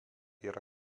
yra